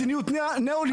מדיניות נאו-ליברלית.